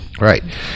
Right